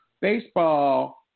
Baseball